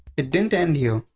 it didn't end here.